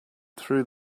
through